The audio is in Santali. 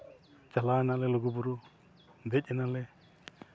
ᱪᱟᱞᱟᱣ ᱱᱟᱞᱮ ᱞᱩᱜᱩᱼᱵᱩᱨᱩ ᱫᱮᱡ ᱮᱱᱟᱞᱮ